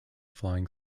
flying